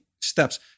steps